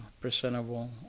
presentable